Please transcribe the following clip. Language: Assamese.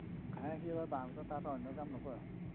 মুখা হেৰি আৰু বাঁহ বেতৰ তাত আৰু অন্য কাম নকৰে